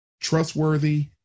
trustworthy